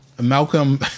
Malcolm